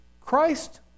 Christ